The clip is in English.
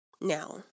Now